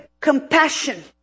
compassion